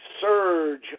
surge